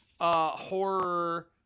horror